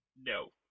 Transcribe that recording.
No